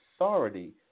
authority